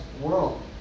world